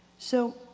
so,